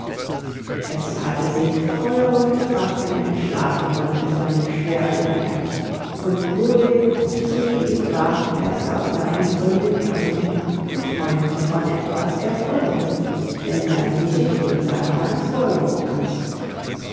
es hatte sich feuerrote backen erschlafen unter seiner schweren decke und ruhig und friedlich lag es auf seinem runden ärmchen und träumte von etwas erfreulichem denn sein gesichtchen sah ganz wohlgemut aus